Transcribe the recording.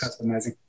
customizing